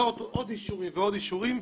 לא להוסיף עוד אישורים ועוד אישורים,